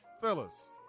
Fellas